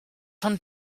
von